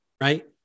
right